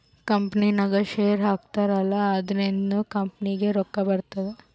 ಕಂಪನಿನಾಗ್ ಶೇರ್ ಹಾಕ್ತಾರ್ ಅಲ್ಲಾ ಅದುರಿಂದ್ನು ಕಂಪನಿಗ್ ರೊಕ್ಕಾ ಬರ್ತುದ್